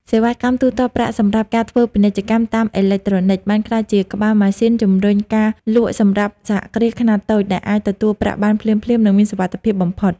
សេវាកម្មទូទាត់ប្រាក់សម្រាប់ ការធ្វើពាណិជ្ជកម្មតាមអេឡិចត្រូនិក បានក្លាយជាក្បាលម៉ាស៊ីនជម្រុញការលក់សម្រាប់សហគ្រាសខ្នាតតូច ដែលអាចទទួលប្រាក់បានភ្លាមៗ និងមានសុវត្ថិភាពបំផុត។